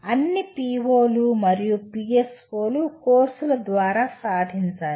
అన్ని పిఒలు మరియు పిఎస్ఓలు కోర్సుల ద్వారా సాధించాలి